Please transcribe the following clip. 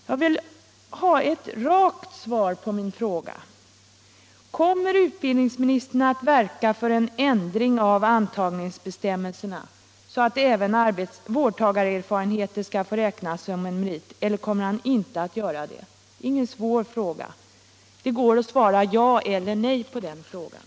Jag vill ha ett rakt svar på min fråga: Kommer utbildningsministern att verka för en ändring av antagningsbestämmelserna, så att även vårdtagarerfarenheter skall få räknas som merit, eller kommer han inte att göra detta? Det är ingen svår fråga. Det går att svara ja eller nej på den frågan.